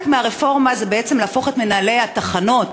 מהרפורמה היא בעצם להפוך את מנהלי התחנות,